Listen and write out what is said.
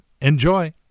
Enjoy